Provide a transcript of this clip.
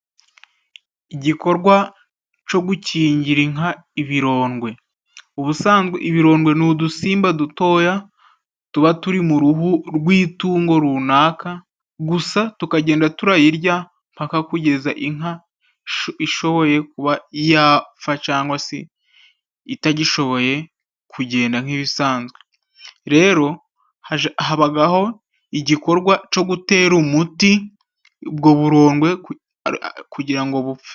Igikorwa co gukingira inka ibirondwe. Ubusanzwe ibirondwe ni udusimba dutoya, tuba turi mu ruhu rw'itungo runaka, gusa tukagenda turayirya mpaka kugeza inka ishoboye kuba yapfa cangwa se itagishoboye kugenda nk'ibisanzwe. Rero habagaho igikorwa co gutera umuti ubwo burondwe kugira ngo bupfe.